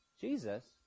Jesus